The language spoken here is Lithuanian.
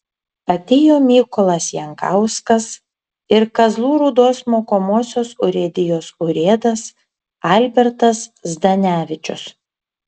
atėjo mykolas jankauskas ir kazlų rūdos mokomosios urėdijos urėdas albertas zdanevičius